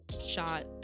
shot